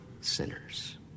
sinners